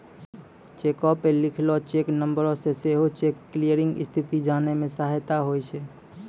चेको पे लिखलो चेक नंबरो से सेहो चेक क्लियरिंग स्थिति जाने मे सहायता होय छै